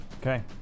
okay